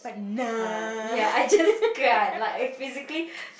just can't ya I just can't like I physically